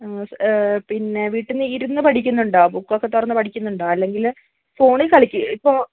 ആ പിന്നെ വീട്ടിന്ന് ഇരുന്നു പഠിക്കുന്നുണ്ടോ ബുക്കൊക്കെ തുറന്ന് പഠിക്കുന്നുണ്ടോ അല്ലെങ്കിൽ ഫോണിൽ കളിക്കുമോ ഇപ്പോൾ